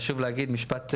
חשוב להגיד משפט סיום.